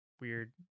weird